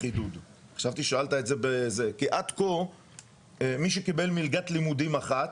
עד כה מי שקיבל מלגת לימודים אחת,